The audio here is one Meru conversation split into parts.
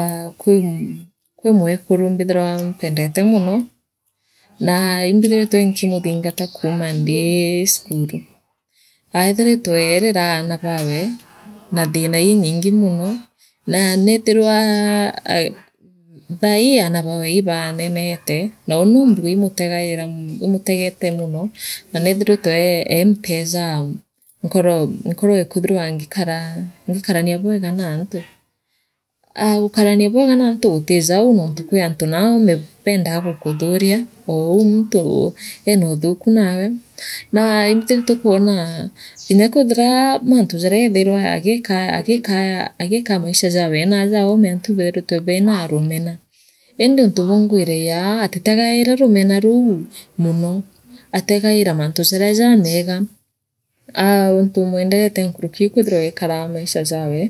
Aa kwi mmwekuru mbthairwa mpendete mono naa imbithiritwe nkimithingata kuuma ndi cukuru aithiritwe akireraana baawe naa thira inyingi mono naa neethirwa aa thaaii aana bawe ibanenete naa uni noo mbuge ii mutegaira m imutegete mono na neethirite ee empejaa nkoro nkoro ee kwithirwa ngikaraa ngikarania bwega naantu aa gukarania bwega naantu guutijou nomtu kwi aantu naa ome beendaa gukuthuria oo uu muntu eenoothuku naawe naa imbiritwe kuooraa inya kwethirwa mantu jaria eethairwa agikaa agikaa agikaa maisha jawe naaja oome antu ibethiritwe bena rumena indi untu buungwiragia atitegaira rumena ruu muno ategaaira mantu jaria jameega aa untu mwenderete nkuruki ii kwithirwa ee koa maisha jawe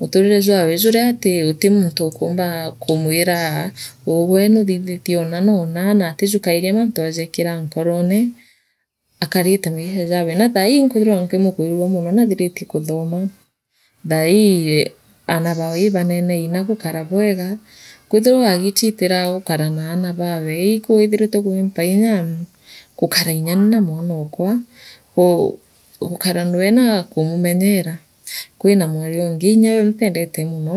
muturire jwawe juria ati uti muntu ukuumba kumwira ugwe nuuthithitie oona noona naatiju kaina mantu ajeekira nkorone akarite maisha jawe na thaaii inkwithirua nkimugwirua mono naathiritii kuthora thaaii aana baawe ibarerei naagukara bwega kwithirwa agiichitira gukara naana bawe ikwithiritwe gwimpainga gurarainyani naa mwana bokwa gu gu gukara nwee na kumumenyera kwina mwari ungi kinyawe mpendete mono.